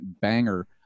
banger